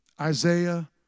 Isaiah